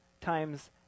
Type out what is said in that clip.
times